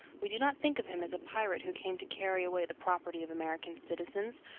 we do not think of him as a pirate who came to carry away the property of american citizens,